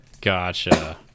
Gotcha